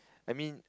I mean